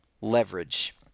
Leverage